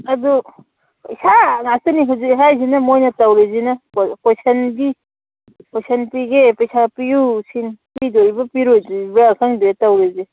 ꯑꯗꯨ ꯄꯩꯁꯥ ꯉꯥꯛꯇꯅꯤ ꯍꯧꯖꯤꯛ ꯍꯥꯏꯔꯤꯁꯤꯅ ꯃꯣꯏꯅ ꯇꯧꯔꯤꯁꯤꯅ ꯀꯣꯏꯁꯟꯁꯤ ꯀꯣꯏꯁꯟ ꯄꯤꯒꯦ ꯄꯩꯁꯥ ꯄꯤꯌꯨ ꯁꯤꯅꯤ ꯄꯤꯗꯣꯏꯕ꯭ꯔ ꯄꯤꯔꯣꯏꯗꯧꯔꯤꯕ꯭ꯔ ꯈꯪꯗ꯭ꯔꯦ ꯇꯧꯔꯤꯁꯦ